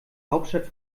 hauptstadt